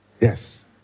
Yes